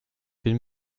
bin